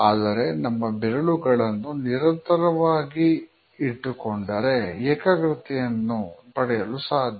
ಆದರೆ ನಮ್ಮ ಬೆರಳುಗಳನ್ನು ನಿರತವಾಗಿ ಇಟ್ಟುಕೊಂಡರೆ ಏಕಾಗ್ರತೆಯನ್ನು ಪಡೆಯಲು ಸಾಧ್ಯ